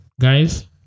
Guys